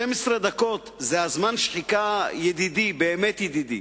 12 דקות זה הזמן שחיכה ידידי, באמת ידידי,